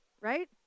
right